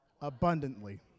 abundantly